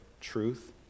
truth